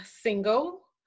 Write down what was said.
single